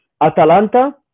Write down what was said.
Atalanta